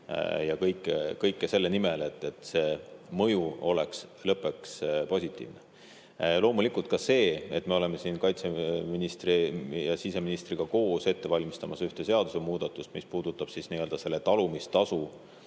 ja kõike selle nimel, et see mõju oleks lõppeks positiivne. Loomulikult [on oluline] ka see, et me oleme siin kaitseminister ja siseminister koos ette valmistamas ühte seadusemuudatust, mis puudutab nii-öelda selle talumistasu